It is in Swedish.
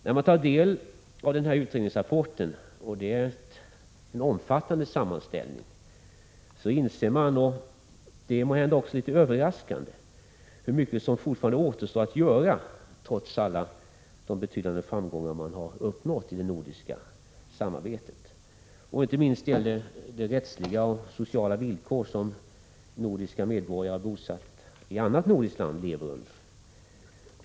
När man tar del av den här omfattande utredningsrapporten inser man — det är måhända litet överraskande — hur mycket som fortfarande återstår att göra, trots alla betydande framgångar som uppnåtts i det nordiska samarbetet. Det gäller inte minst de rättsliga och sociala villkor som nordiska medborgare, bosatta i annat nordiskt land, lever under.